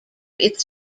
its